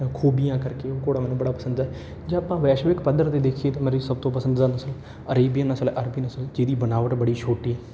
ਖ਼ੂਬੀਆਂ ਕਰਕੇ ਉਹ ਘੋੜਾ ਮੈਨੂੰ ਬੜਾ ਪਸੰਦ ਹੈ ਜੇ ਆਪਾਂ ਵੈਸ਼ਵਿਕ ਪੱਧਰ 'ਤੇ ਦੇਖੀਏ ਤਾਂ ਮੇਰੀ ਸਭ ਤੋਂ ਪਸੰਦੀਦਾ ਨਸਲ ਅਰੇਬੀਅਨ ਨਸਲ ਅਰਬੀ ਨਸਲ ਜਿਹਦੀ ਬਨਾਵਟ ਬੜੀ ਛੋਟੀ